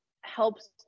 helps